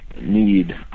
need